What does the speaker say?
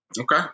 Okay